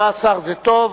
17 זה טו"ב.